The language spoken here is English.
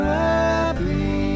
happy